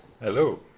Hello